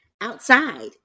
outside